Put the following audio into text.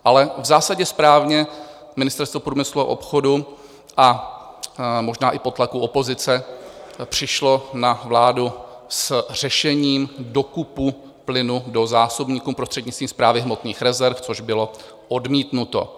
Ale v zásadě správně Ministerstvo průmyslu a obchodu a možná i po tlaku opozice přišlo na vládu s řešením dokupu plynu do zásobníků prostřednictvím Správy hmotných rezerv, což bylo odmítnuto.